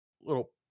little